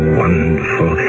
wonderful